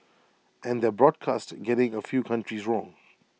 and their broadcast getting A few countries wrong